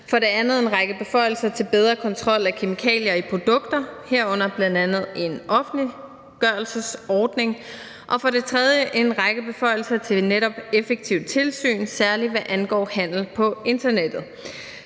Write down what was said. For det andet: en række beføjelser til bedre kontrol af kemikalier i produkter, herunder bl.a. en offentliggørelsesordning. Og for det tredje: en række beføjelser til netop effektive tilsyn, særlig hvad angår handel på internettet.